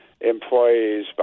employees